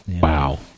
wow